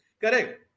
correct